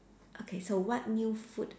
okay so what new food